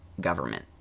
government